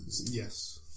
Yes